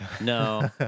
No